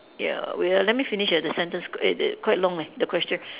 ya wait ah let me finish err the sentence it it quite long ah the question